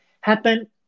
happen